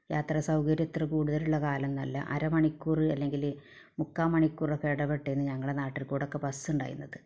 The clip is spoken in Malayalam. യാത്രാസൗകര്യം ഇത്ര കൂടുതലുള്ള കാലമൊന്നുമല്ല അരമണിക്കൂറ് അല്ലെങ്കില് മുക്കാൽ മണിക്കൂറൊക്കെ ഇടവിട്ടാണ് ഞങ്ങളുടെ നാട്ടിൽ കൂടൊക്കെ ബസ് ഉണ്ടായിരുന്നത്